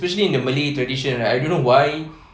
especially in the malay tradition right I don't know why